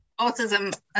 autism